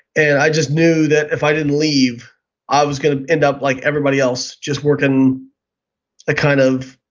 and i just knew that if i didn't leave i was going to end up like everybody else, just working a kind of